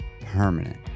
permanent